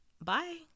Bye